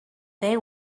they